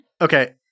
Okay